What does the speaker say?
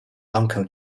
uncle